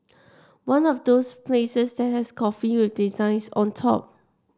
one of those places that has coffee with designs on top